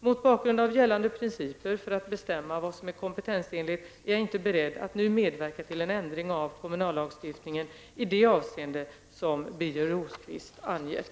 Mot bakgrund av gällande principer för att bestämma vad som är kompetensenligt är jag inte beredd att nu medverka till en ändring av kommunallagstiftningen i det avseende som Birger